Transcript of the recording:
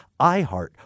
iHeart